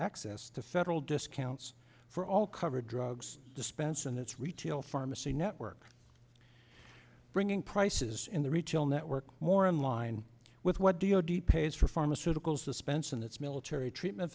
access to federal discounts for all covered drugs dispense and its retail pharmacy network bringing prices in the retail network more in line with what d o d pays for pharmaceutical suspense and its military treatment